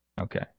Okay